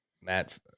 Matt